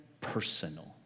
personal